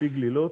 בפי גלילות,